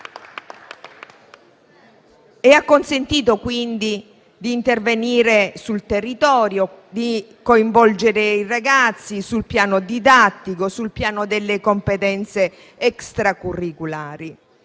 Ha consentito di intervenire sul territorio e di coinvolgere i ragazzi sul piano didattico e sul piano delle competenze extracurriculari.